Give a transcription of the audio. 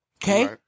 Okay